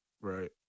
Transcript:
Right